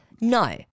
No